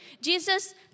Jesus